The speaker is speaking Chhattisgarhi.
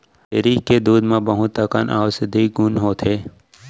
छेरी के दूद म बहुत अकन औसधी गुन होथे